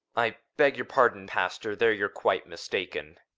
i beg your pardon, pastor there you're quite mistaken.